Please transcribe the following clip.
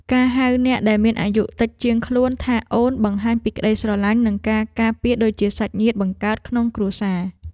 ការហៅអ្នកដែលមានអាយុតិចជាងខ្លួនថាអូនបង្ហាញពីក្ដីស្រឡាញ់និងការការពារដូចជាសាច់ញាតិបង្កើតក្នុងគ្រួសារ។